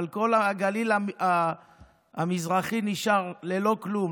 אבל כל הגליל המזרחי נשאר ללא כלום.